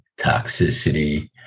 toxicity